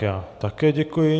Já také děkuji.